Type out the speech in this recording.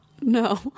no